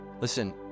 Listen